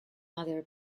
other